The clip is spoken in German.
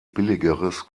billigeres